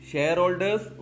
Shareholders